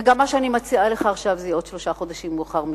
וגם מה שאני מציעה לך עכשיו זה יהיה עוד שלושה חודשים מאוחר מדי.